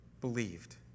believed